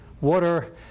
water